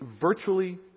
virtually